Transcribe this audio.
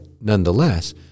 nonetheless